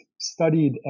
studied